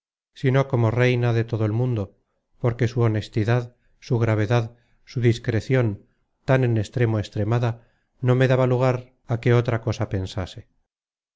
sino como á reina de todo el mundo porque su honestidad su gravedad su discrecion tan en extremo extremada no me daba lugar á que otra cosa pensase